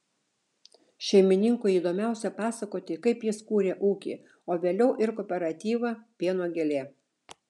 šeimininkui įdomiausia pasakoti kaip jis kūrė ūkį o vėliau ir kooperatyvą pieno gėlė